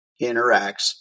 interacts